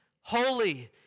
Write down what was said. holy